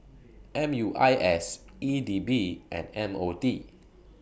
M U I S E D B and M O T